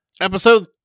Episode